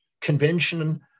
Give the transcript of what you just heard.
convention